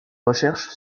recherches